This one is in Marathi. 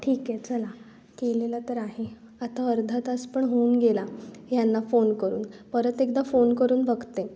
ठीक आहे चला केलेलं तर आहे आता अर्धा तास पण होऊन गेला यांना फोन करून परत एकदा फोन करून बघते